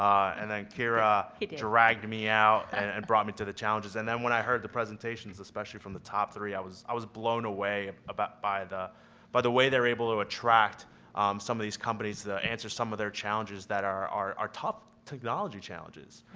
and then kira he dragged me out and brought me to the challenges, and then when i heard the presentations especially from the top three, i was, i was blown away, about, by the by the way they were able to attract some of these companies that answer some of their challenges, that are our top technology challenges.